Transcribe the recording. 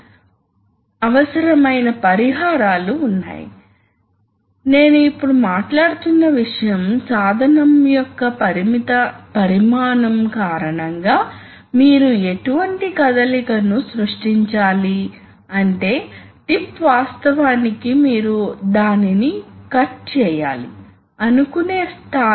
ఇది ఈ పొజిషన్ కి వస్తుంది ఈ పొజిషన్ కి వచ్చినప్పుడు ఈ ప్రెషర్ కనెక్ట్ అవుతుంది మరియు అందువల్ల ఇది ప్రెజర్ ని పొందుతుంది ఇప్పుడు ఆసక్తికరమైన విషయం ఏమిటంటే ఈ పుష్ బటన్ మీరు నొక్కి ఉంచాల్సిన అవసరం లేదు ఎందుకంటే ఒకసారి ప్రెజర్ అభివృద్ధి చెందుతే అదే ప్రెజర్ తిరిగి ఇవ్వబడుతుంది మరియు దానిని ఇక్కడ కనెక్ట్ చేయాలి ఈ కనెక్షన్ తప్పు